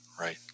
Right